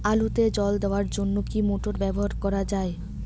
আলুতে জল দেওয়ার জন্য কি মোটর ব্যবহার করা যায়?